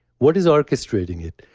what is orchestrating it?